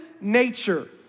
nature